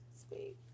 speak